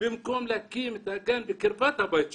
במקום להקים את הגן בקרבת הבית שלו?